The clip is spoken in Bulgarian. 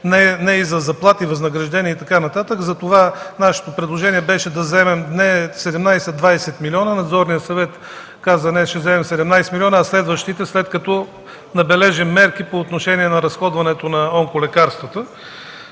не и за заплати, възнаграждения и така нататък. Затова нашето предложение беше да вземем не 17, а 20 милиона. Надзорният съвет каза: „Не, ще вземем 17 милиона, а следващите – след като набележим мерки по отношение на разходването на онколекарствата